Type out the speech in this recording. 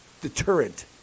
deterrent